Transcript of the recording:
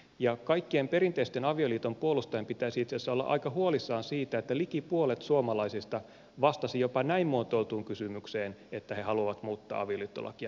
ja kaikkien perinteisten avioliiton puolustajien pitäisi itse asiassa olla aika huolissaan siitä että liki puolet suomalaisista vastasi jopa näin muotoiltuun kysymykseen että he haluavat muuttaa avioliittolakia